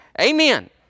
Amen